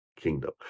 kingdom